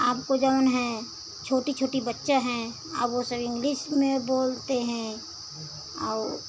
आपको जउन है छोटे छोटे बच्चे हैं अब वह सब इंग्लिश में बोलते हैं और